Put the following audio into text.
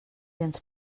ens